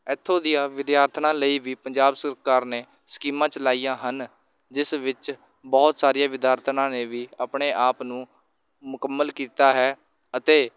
ਇੱਥੋਂ ਦੀਆਂ ਵਿਦਿਆਰਥਣਾਂ ਲਈ ਵੀ ਪੰਜਾਬ ਸਰਕਾਰ ਨੇ ਸਕੀਮਾਂ ਚਲਾਈਆਂ ਹਨ ਜਿਸ ਵਿੱਚ ਬਹੁਤ ਸਾਰੀਆਂ ਵਿਦਿਆਰਥਣਾਂ ਨੇ ਵੀ ਆਪਣੇ ਆਪ ਨੂੰ ਮੁਕੰਮਲ ਕੀਤਾ ਹੈ ਅਤੇ